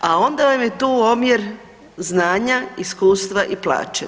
A onda vam je tu omjer znanja, iskustva i plaće.